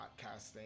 podcasting